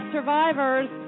Survivors